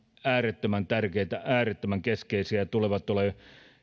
äärettömän tärkeitä äärettömän keskeisiä ja tulevat tulevat olemaan